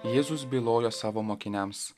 jėzus bylojo savo mokiniams